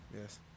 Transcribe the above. Yes